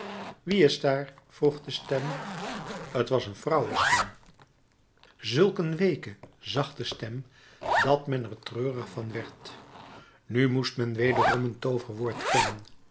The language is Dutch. wie is daar vroeg de stem t was een vrouwenstem zulk een weeke zachte stem dat men er treurig van werd nu moest men wederom een tooverwoord kennen